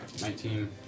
Nineteen